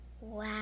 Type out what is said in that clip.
Wow